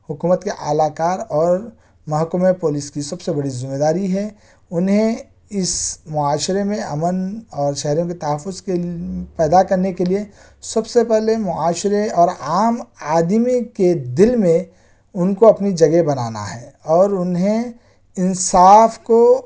حکومت کے اعلی کار اور محکمہ پولیس کی سب سے بڑی ذمہ داری ہے انہیں اس معاشرے میں امن اور شہریوں کے تحفظ کے پیدا کرنے کے لئے سب سے پہلے معاشرے اور عام آدمی کے دل میں ان کو اپنی جگہ بنانا ہے اور انہیں انصاف کو